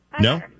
No